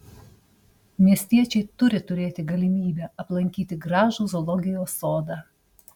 miestiečiai turi turėti galimybę aplankyti gražų zoologijos sodą